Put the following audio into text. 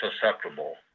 susceptible